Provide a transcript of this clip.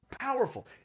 powerful